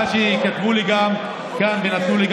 מה שכתבו לי כאן ונתנו לי,